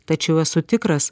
tačiau esu tikras